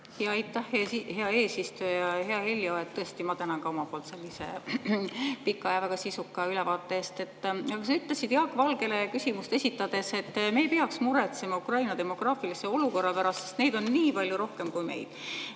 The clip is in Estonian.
Aitäh, hea eesistuja! Hea Heljo! Tõesti, ma tänan ka omalt poolt selle pika ja väga sisuka ülevaate eest. Aga sa ütlesid Jaak Valgele küsimust esitades, et me ei peaks muretsema Ukraina demograafilise olukorra pärast, sest neid on nii palju rohkem kui meid.